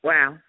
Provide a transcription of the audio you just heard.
Wow